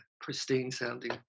pristine-sounding